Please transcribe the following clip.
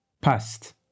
Past